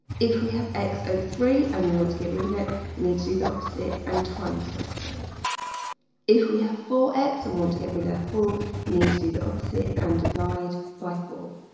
if we have x over three and we want to get rid of it we need to do the opposite and times by three if we have four x and want to get rid of four we need to do the opposite and divide by four